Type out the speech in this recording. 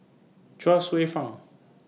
Chuang Hsueh Fang